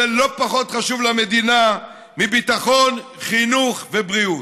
זה לא פחות חשוב למדינה מביטחון, חינוך ובריאות.